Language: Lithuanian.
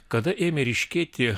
kada ėmė ryškėti